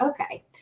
okay